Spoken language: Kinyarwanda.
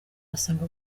asanga